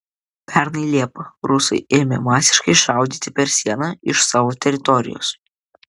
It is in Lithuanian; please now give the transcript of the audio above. pernai liepą rusai ėmė masiškai šaudyti per sieną iš savo teritorijos